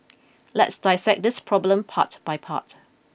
let's dissect this problem part by part